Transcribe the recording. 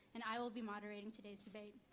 and i will be moderating today's debate.